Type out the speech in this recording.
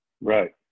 Right